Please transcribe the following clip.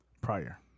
prior